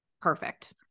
perfect